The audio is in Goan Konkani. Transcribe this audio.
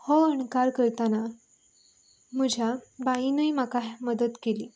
हो अणकार करतना म्हज्या बाईनय म्हाका मदत केली